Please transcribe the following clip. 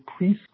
preschool